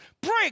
Break